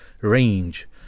range